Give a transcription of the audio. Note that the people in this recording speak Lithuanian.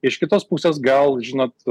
iš kitos pusės gal žinot